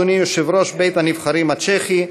אדוני יושב-ראש בית-הנבחרים הצ'כי,